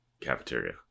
cafeteria